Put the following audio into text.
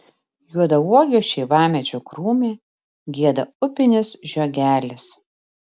juodauogio šeivamedžio krūme gieda upinis žiogelis